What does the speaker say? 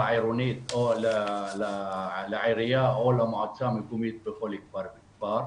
עירונית או לעירייה או למועצה מקומית בכל כפר וכפר.